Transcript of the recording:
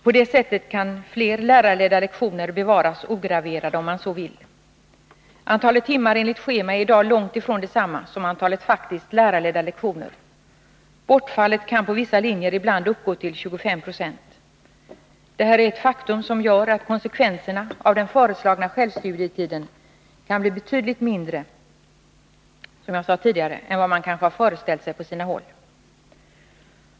På det sättet kan flera lärarledda lektioner bevaras ograverade, om man så vill. Antalet timmar enligt schema är i dag långt ifrån detsamma som antalet lärarledda lektioner. Bortfallet kan på vissa linjer ibland uppgå till 25 96. Det här är ett faktum som gör att konsekvenserna av den föreslagna självstudietiden kan bli betydligt mindre än vad man har föreställt sig på sina håll, som jag sade tidigare.